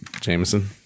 Jameson